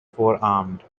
forearmed